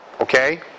okay